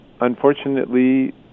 unfortunately